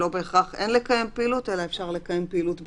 שלא בהכרח אין לקיים פעילות אלא אפשר לקיים פעילות בתנאים.